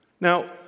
Now